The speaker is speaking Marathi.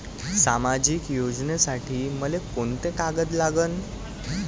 सामाजिक योजनेसाठी मले कोंते कागद लागन?